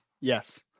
yes